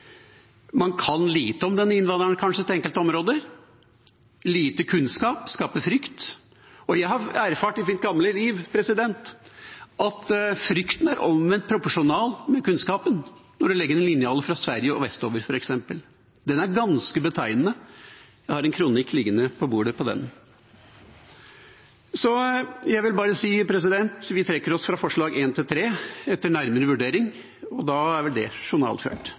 man kanskje kan lite om denne innvandreren til enkelte områder. Lite kunnskap skaper frykt. Jeg har erfart i mitt lange liv at frykten er omvendt proporsjonal med kunnskapen – når en legger en linjal fra Sverige og vestover, f.eks. Det er ganske betegnende. Jeg har en kronikk liggende på bordet om det. Jeg vil bare si at vi trekker oss fra forslagene nr. 1–3, etter nærmere vurdering, og da er vel det journalført.